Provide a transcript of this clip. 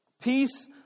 Peace